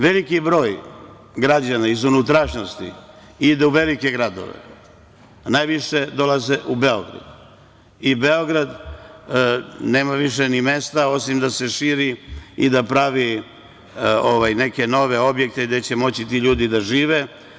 Veliki broj građana iz unutrašnjosti ide u velike gradove, a najviše dolaze u Beograd i Beograd nema više ni mesta, osim da se širi i da pravi neke nove objekte gde će moći ti ljudi da žive.